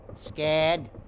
Scared